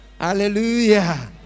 Hallelujah